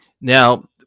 now